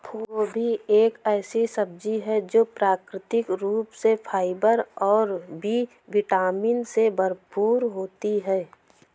फूलगोभी एक ऐसी सब्जी है जो प्राकृतिक रूप से फाइबर और बी विटामिन से भरपूर होती है